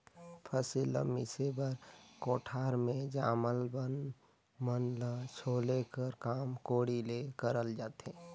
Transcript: फसिल ल मिसे बर कोठार मे जामल बन मन ल छोले कर काम कोड़ी ले करल जाथे